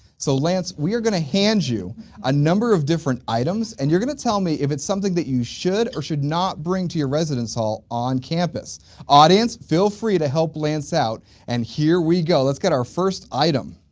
so, lance we are gonna hand you a number of different items and you're gonna tell me if it's something that you should or should not bring to your residence hall on campus audience feel free to help. lance out and here we go let's get our first item.